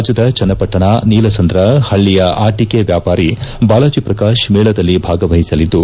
ರಾಜ್ಯದ ಚನ್ನಪಟ್ಟಣದ ನೀಲಸಂದ್ರ ಪಳ್ಳಯ ಆಟಕ ವ್ಯಾಪಾರಿ ಬಾಲಾಜಿ ಪ್ರಕಾತ್ ಮೇಳದಲ್ಲಿ ಭಾಗವಹಿಸಲಿದ್ದು